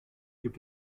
gibt